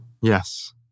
Yes